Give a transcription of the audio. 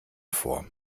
vor